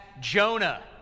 Jonah